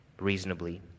reasonably